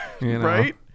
Right